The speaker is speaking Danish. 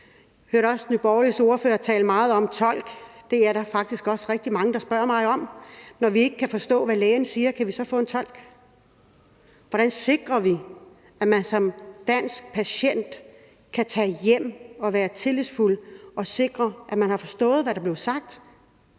Jeg hørte også Nye Borgerliges ordfører tale meget om tolke, og det er der faktisk også rigtig mange der spørger mig om. Når vi ikke kan forstå, hvad lægen siger, kan vi så få en tolk? Hvordan sikrer vi, at man som dansk patient kan tage hjem og være tillidsfuld og være sikret, at man har forstået, hvad der blev sagt?